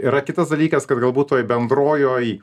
yra kitas dalykas kad galbūt toj bendrojoj